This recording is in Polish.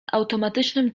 automatycznym